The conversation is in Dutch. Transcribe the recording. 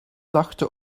lachte